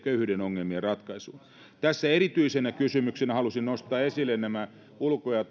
köyhyyden ongelmien ratkaisuun tässä erityisenä kysymyksenä halusin nostaa esille nämä ulko ja